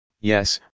yes